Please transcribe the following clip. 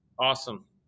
Awesome